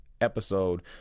episode